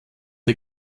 der